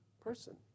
person